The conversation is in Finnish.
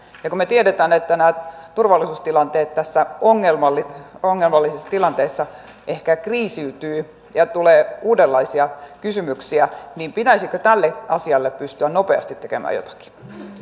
kun me tiedämme että nämä turvallisuustilanteet tässä ongelmallisessa tilanteessa ehkä kriisiytyvät ja tulee uudenlaisia kysymyksiä niin pitäisikö tälle asialle pystyä nopeasti tekemään jotakin